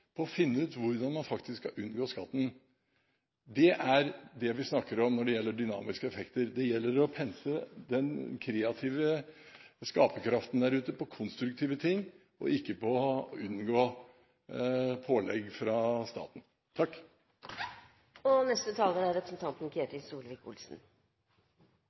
på å finne ut hvordan man faktisk kan unngå skatten. Det er det vi snakker om når det gjelder dynamiske effekter. Det gjelder å pense den kreative skaperkraften der ute inn på konstruktive ting, ikke på å unngå pålegg fra staten.